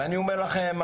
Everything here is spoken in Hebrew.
ואני אומר לכם,